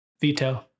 Veto